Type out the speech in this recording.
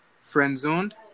Friend-zoned